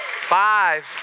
Five